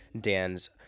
Dan's